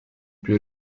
più